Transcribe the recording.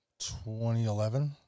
2011